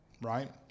Right